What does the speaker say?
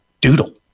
doodle